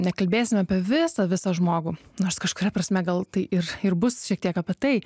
nekalbėsim apie visą visą žmogų nors kažkuria prasme gal tai ir ir bus šiek tiek apie tai